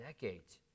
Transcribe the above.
decades